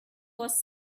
was